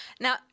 Now